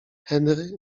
henry